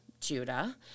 Judah